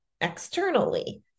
externally